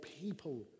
people